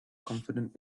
confident